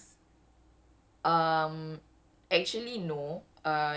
okay okay I have I can explain I can explain this is my old one